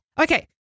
Okay